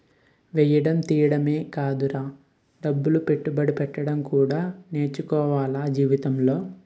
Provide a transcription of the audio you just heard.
ఎయ్యడం తియ్యడమే కాదురా డబ్బులు పెట్టుబడి పెట్టడం కూడా నేర్చుకోవాల జీవితంలో